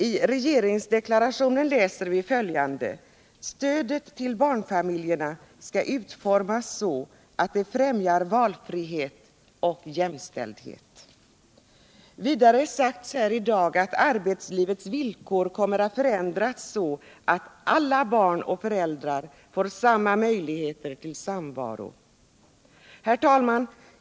I regeringsdeklarationen läser vi att stödet till barnfamiljerna skall ”utformas så att det främjar valfrihet och jämställdhet”. Vidare har sagts här 1 dag att arbetslivets villkor kommer att förändras så att alla barn och föräldrar har samma möjligheter till samvaro. Herr talman!